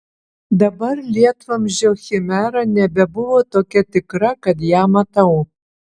dabar lietvamzdžio chimera nebebuvo tokia tikra kad ją matau